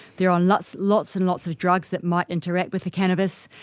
they are on lots lots and lots of drugs that might interact with the cannabis,